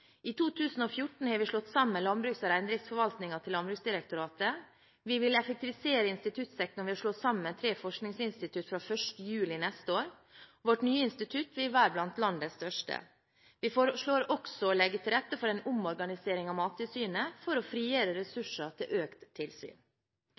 I 2014 har vi slått sammen landbruks- og reindriftsforvaltningen til Landbruksdirektoratet. Vi vil effektivisere instituttsektoren ved slå sammen tre forskningsinstitutter fra 1. juli neste år. Vårt nye institutt vil være blant landets største. Vi foreslår også å legge til rette for en omorganisering av Mattilsynet for å frigjøre